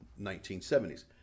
1970s